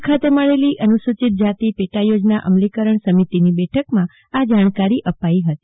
ભુજ ખાતે મળેલી અનુસુચિત જાતી પેટા યોજના અમલીકરણ સમિતિની બેઠકમાં આ જાણકારી અપાઈ હતી